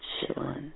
chillin